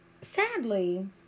sadly